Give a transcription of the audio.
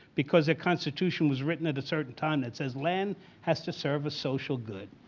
because the constitution was written at a certain time that says land has to serve a social good.